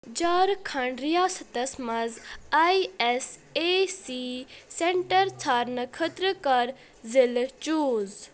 جھارکھنٛڈ ریاستس مَنٛز I S A C centre ژھارنہٕ خٲطرٕ کر ضلعہٕ چوز